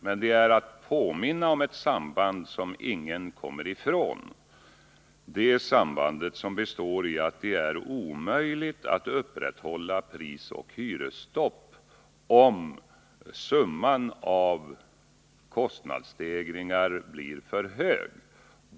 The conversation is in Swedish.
Men avsikten är att påminna om det samband som ingen kan komma ifrån, nämligen det samband som består i att det är omöjligt att upprätthålla prisoch hyresstopp om summan av kostnadsstegringar blir för hög.